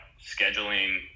scheduling